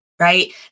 Right